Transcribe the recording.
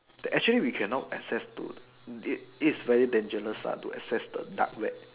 that actually we cannot access to it it's very dangerous lah to access the dark web